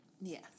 Yes